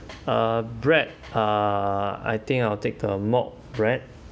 uh bread uh I think I will take the malt bread